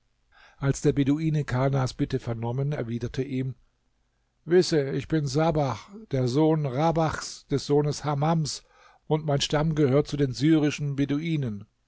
als der beduine kanas bitte vernommen erwiderte er ihm wisse ich bin sabach der sohn rabachs des sohnes hamams und mein stamm gehört zu den syrischen beduinen